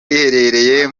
riherereye